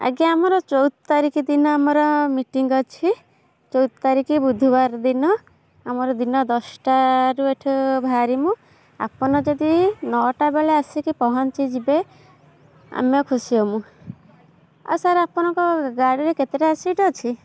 ଆଜ୍ଞା ଆମର ଚଉଦ ତାରିଖ ଦିନ ଆମର ମିଟିଂ ଅଛି ଚଉଦ ତାରିଖ ବୁଧବାର ଦିନ ଆମର ଦିନ ଦଶଟାରୁ ଏଠୁ ବାହାରିବୁ ଆପଣ ଯଦି ନଅଟା ବେଳେ ଆସିକି ପହଞ୍ଚିଯିବେ ଆମେ ଖୁସି ହେବୁ ଆଉ ସାର୍ ଆପଣଙ୍କ ଗାଡ଼ିରେ କେତେଟା ସିଟ୍ ଅଛି